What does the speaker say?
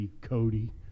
Cody